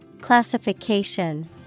Classification